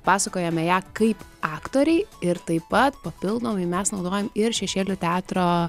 pasakojame ją kaip aktoriai ir taip pat papildomai mes naudojam ir šešėlių teatro